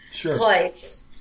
place